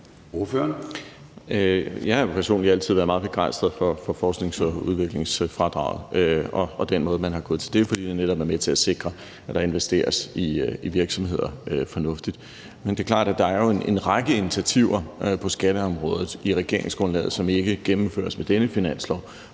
Jeg har personligt altid været meget begejstret for forsknings- og udviklingsfradraget og den måde, man har gået til det på, fordi det netop er med til at sikre, at der investeres fornuftigt i virksomheder. Men det er klart, at der jo er en række initiativer på skatteområdet i regeringsgrundlaget, som ikke gennemføres med dette forslag